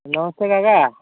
नमस्ते काका